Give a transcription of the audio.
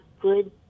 good